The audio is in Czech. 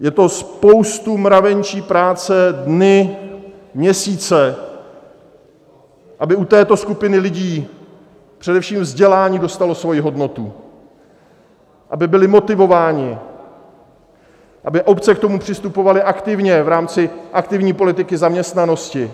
Je to spousta mravenčí práce, dny, měsíce, aby u této skupiny lidí především vzdělání dostalo svoji hodnotu, aby byli motivováni, aby obce k tomu přistupovaly aktivně v rámci aktivní politiky zaměstnanosti.